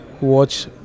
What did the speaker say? watch